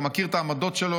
אתה מכיר את העמדות שלו.